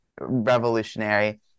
revolutionary